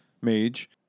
Mage